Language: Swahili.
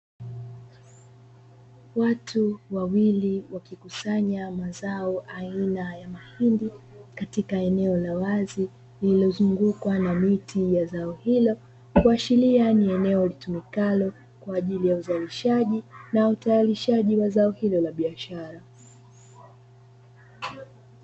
Watu wawili wakikusanya mazao aina ya mahindi katika eneo la wazi, lililozungukwa na miti ya zao hilo kuashiria ni eneo litumikalo kwa ajili ya uzalishaji na utayarishaji wa zao hilo la biashara.